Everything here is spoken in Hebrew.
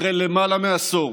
אחרי למעלה מעשור